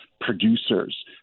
producers